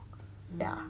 yeah